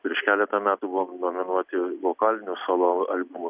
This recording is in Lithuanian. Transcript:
prieš keletą metų buvom nominuoti vokalinių solo albumų